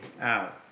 out